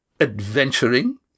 adventuring